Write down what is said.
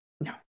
No